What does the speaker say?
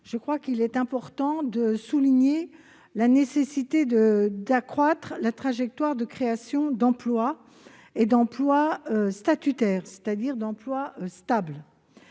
je crois qu'il est important de souligner la nécessité d'accroître la trajectoire de création d'emplois, et d'emplois statutaires, c'est-à-dire stables.